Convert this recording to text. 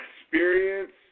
experience